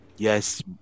Yes